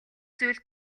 зүйл